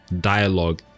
dialogue